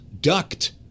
ducked